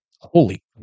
Holy